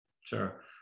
sure